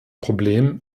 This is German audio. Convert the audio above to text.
problem